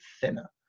thinner